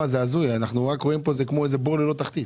זה הזוי, זה כמו בור ללא תחתית.